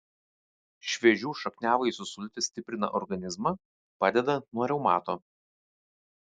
šviežių šakniavaisių sultys stiprina organizmą padeda nuo reumato